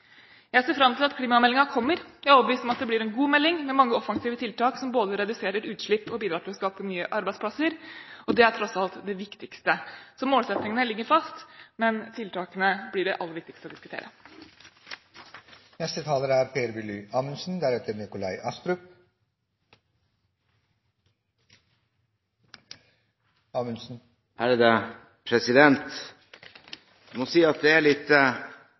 Jeg ser fram til at klimameldingen kommer. Jeg er overbevist om at det blir en god melding med mange offensive tiltak som både reduserer utslipp og bidrar til å skape nye arbeidsplasser, og det er tross alt det viktigste. Så målsettingene ligger fast, men tiltakene blir det aller viktigste å diskutere. Det er underlig å følge denne debatten litt fra sidelinjen, for det er jo i realiteten det